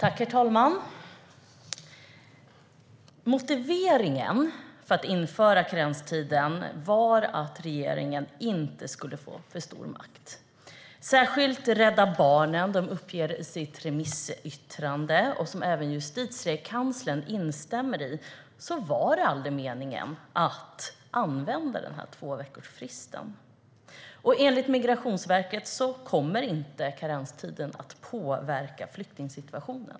Herr talman! Motiveringen för att införa karenstiden var att regeringen inte skulle få för stor makt. Särskilt Rädda Barnen uppger i sitt remissyttrande att det aldrig var meningen att tvåveckorsfristen skulle användas, och det instämmer Justitiekanslern i. Enligt Migrationsverket kommer karenstiden inte heller att påverka flyktingsituationen.